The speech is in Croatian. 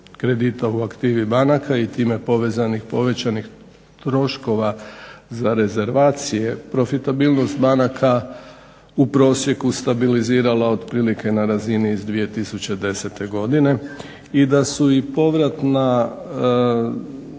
kredita u aktivi banaka i time povezanih povećanih troškova za rezervacije profitabilnost banaka u prosjeku stabilizirala otprilike na razini iz 2010. godine i da su i povrat na